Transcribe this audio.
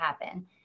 happen